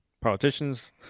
politicians